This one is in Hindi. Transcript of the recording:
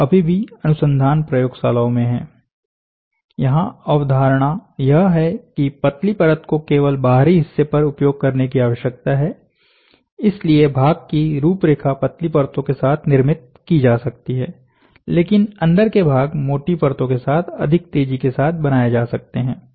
यह अभी भी अनुसंधान प्रयोगशालाओं में है यहां अवधारणा यह है की पतली परत को केवल बाहरी हिस्से पर उपयोग करने की आवश्यकता है इसलिए भाग की रूपरेखा पतली परतो के साथ निर्मित की जा सकती है लेकिन अंदर के भाग मोटी परतों के साथ अधिक तेजी के साथ बनायें जा सकते हैं